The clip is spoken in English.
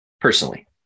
personally